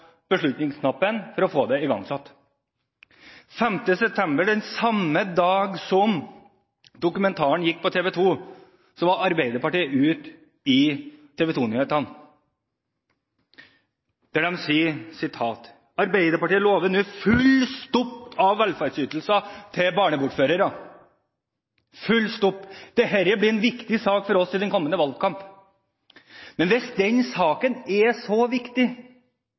igangsatt. Den 5. september, samme dag som dokumentaren gikk på TV 2, var Arbeiderpartiet på TV 2-nyhetene og sa at de lovet full stopp av utbetalinger av trygdeytelser til barnebortførere – full stopp – og at det skulle bli en viktig sak for dem i den kommende valgkampen. Hvis denne saken er så viktig,